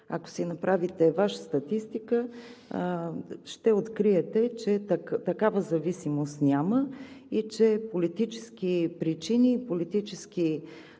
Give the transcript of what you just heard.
Ако си направите Ваша статистика, ще откриете, че такава зависимост няма и че политически причини и политически